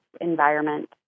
environment